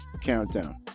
countdown